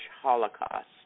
Holocaust